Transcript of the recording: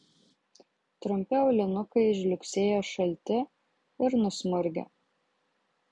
trumpi aulinukai žliugsėjo šalti ir nusmurgę